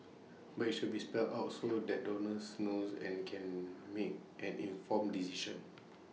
but IT should be spelled out so that donors knows and can make an informed decision